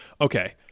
Okay